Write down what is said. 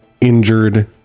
injured